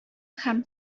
һәм